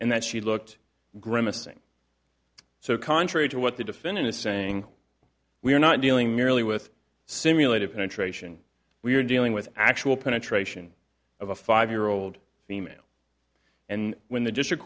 and that she looked grimacing so contrary to what the defendant is saying we're not dealing merely with simulated penetration we're dealing with actual penetration of a five year old female and when the district